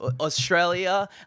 Australia